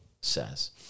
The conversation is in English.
says